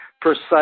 precise